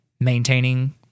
Maintaining